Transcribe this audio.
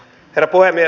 herra puhemies